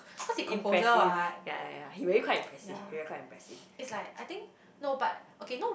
i~ impressive ya ya ya he really quite impressive really quite impressive